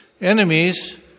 enemies